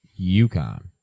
UConn